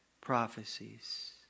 prophecies